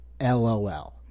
LOL